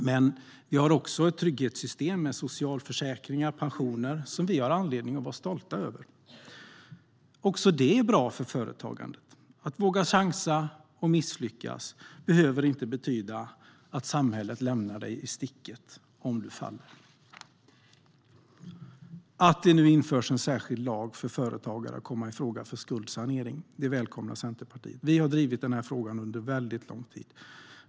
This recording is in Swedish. Men vi har också ett trygghetssystem med socialförsäkringar och pensioner som vi har anledning att vara stolta över. Även det är bra för företagandet. Att våga chansa och misslyckas behöver inte betyda att samhället lämnar dig i sticket om du faller. Att det nu införs en särskild lag så att företagare kan komma i fråga för skuldsanering välkomnar Centerpartiet. Vi har drivit frågan under lång tid.